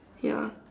ya